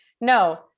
No